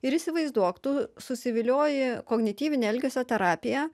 ir įsivaizduok tu susivilioji kognityvine elgesio terapija